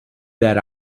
that